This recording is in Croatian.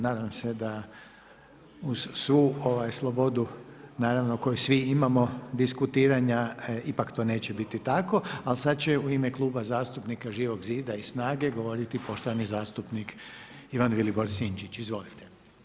Nadam se da uz svu slobodu naravno koju svi imamo diskutiranja ipak to neće biti tako, ali sad će u ime Kluba zastupnika Živog zida i SNAGA-e govoriti poštovani zastupnik Ivan Vilibor Sinčić, izvolite.